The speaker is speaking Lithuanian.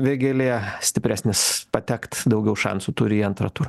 vėgėlė stipresnis patekt daugiau šansų turi į antrą turą